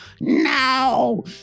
Now